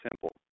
simple